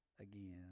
again